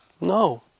no